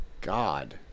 God